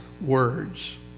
words